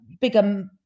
bigger